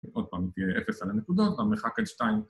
‫עוד פעם, אם תהיה אפס על הנקודה, ‫אז פעם מחכת שתיים.